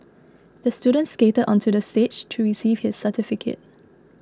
the student skated onto the stage to receive his certificate